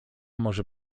może